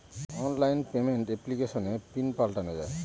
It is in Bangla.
অনলাইন পেমেন্ট এপ্লিকেশনে পিন পাল্টানো যায়